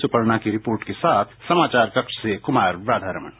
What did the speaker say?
सुपर्णा की रिपोर्ट के साथ समाचार कक्ष से कुमार राधारमण